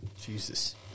Jesus